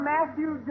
Matthew